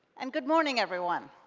and good morning, everyone!